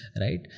right